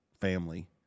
family